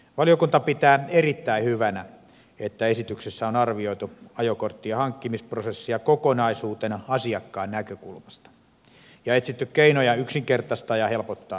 valiokunta pitää erittäin hyvänä että esityksessä on arvioitu ajokorttien hankkimisprosessia kokonaisuutena asiakkaan näkökulmasta ja etsitty keinoja yksinkertaistaa ja helpottaa menettelyjä